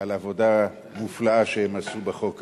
עבודה מופלאה שהן עשו בחוק הזה,